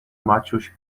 maciuś